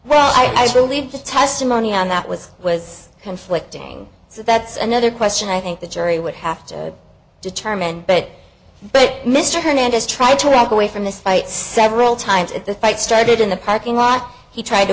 well i believe the testimony on that was it was conflicting so that's another question i think the jury would have to determine it but mr hernandez tried to walk away from this fight several times at the fight started in the parking lot he tried to